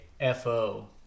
FO